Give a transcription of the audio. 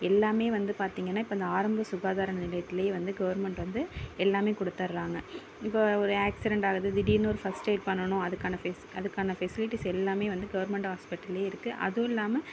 எல்லாமே வந்து பார்த்தீங்கன்னா இப்போ இந்த ஆரம்ப சுகாதார நிலையத்துலேயே வந்து கவர்மெண்ட் வந்து எல்லாமே கொடுத்தட்றாங்க இப்போ ஒரு ஆக்சிரெண்ட் ஆகுது திடீர்னு ஒரு ஃபர்ஸ்ட் எயிட் பண்ணணும் அதுக்கான அதுக்கான ஃபெசிலிட்டிஸ் எல்லாமே வந்து கவர்மெண்ட் ஹாஸ்பிட்டல்லேயே இருக்குது அதுவும் இல்லாமல்